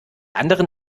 anderen